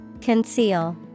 Conceal